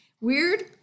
Weird